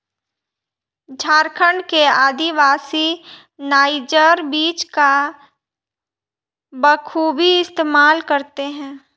झारखंड के आदिवासी नाइजर बीज का बखूबी इस्तेमाल करते हैं